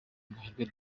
umuherwe